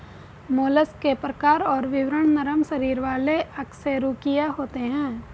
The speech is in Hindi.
मोलस्क के प्रकार और विवरण नरम शरीर वाले अकशेरूकीय होते हैं